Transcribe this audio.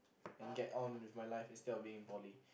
and get on with my life instead of being in poly